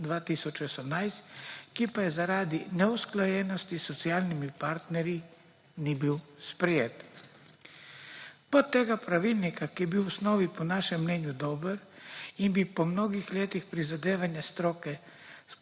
ki pa zaradi neusklajenosti s socialnimi partnerji ni bil sprejet. Pot tega pravilnika, ki je bil v osnovi po našem mnenju dober in bi po mnogih letih prizadevanja stroke